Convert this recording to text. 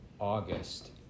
August